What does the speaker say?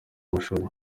mashuri